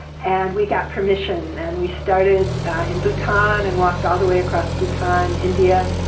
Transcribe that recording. and we got permission, and we started in bhutan and walked all the way across bhutan, india,